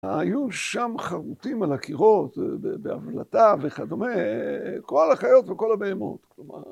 היו שם חרוטים על הקירות, בהבלטה וכדומה, כל החיות וכל הבהמות, כלומר